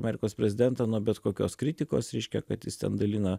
amerikos prezidentą nuo bet kokios kritikos reiškia kad jis ten dalina